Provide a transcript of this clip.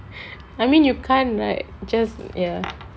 I mean you can't right just ya